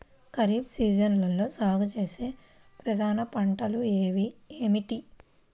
ఖరీఫ్ సీజన్లో సాగుచేసే ప్రధాన పంటలు ఏమిటీ?